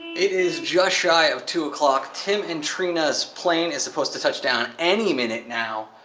it is just shy of two o'clock, tim and trina's plane is supposed to touch down any minute now.